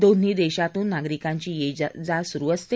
दोन्ही देशातून नागरिकांची ये जा सुरु असते